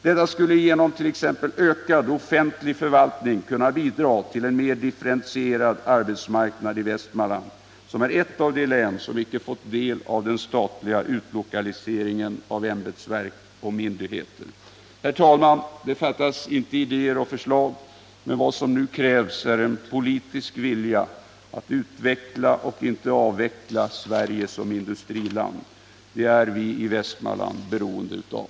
Detta skulle genom t.ex. ökad offentlig förvaltning kunna bidra till en mer differentierad arbetsmarknad i Västmanland, som är ett av de län som icke fått del av den statliga utlokaliseringen av ämbetsverk och myndigheter. Herr talman! Det fattas inte idéer och förslag. Men vad som nu krävs är en politisk vilja att utveckla — och inte avveckla — Sverige som industriland. Det är vi i Västmanland beroende av.